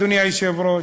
אדוני היושב-ראש,